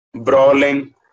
brawling